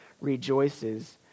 rejoices